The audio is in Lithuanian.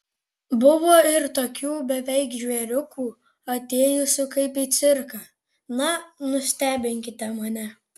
buvo ir tokių beveik žvėriukų atėjusių kaip į cirką na nustebinkite mane